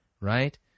right